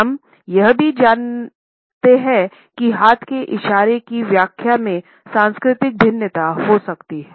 हमें यह भी जानना होगा कि हाथ के इशारे की व्याख्या में सांस्कृतिक भिन्नता भी होती हैं